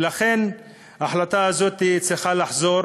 ולכן, ההחלטה הזאת צריכה לחזור